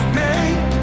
made